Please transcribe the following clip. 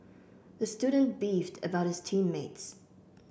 the student beefed about his team mates